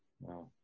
Wow